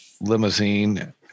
limousine